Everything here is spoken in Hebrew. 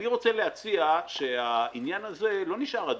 אני רוצה להציע שהעניין הזה לא נשאר אדיש,